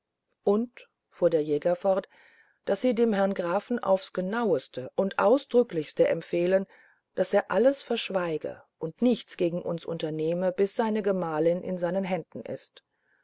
und fuhr der räuber fort daß sie dem herrn grafen aufs genaueste und ausdrücklichste empfehlen daß er alles verschweige und nichts gegen uns unternehme bis seine gemahlin in seinen händen ist